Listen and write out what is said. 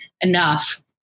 enough